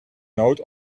noot